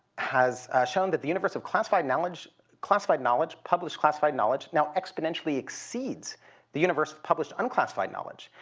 has shown that the universe of classified knowledge classified knowledge published classified knowledge now exponentially exceeds the universe of published unclassified knowledge.